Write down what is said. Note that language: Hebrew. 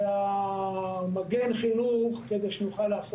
חלקן עוד ממשיכות כרגע,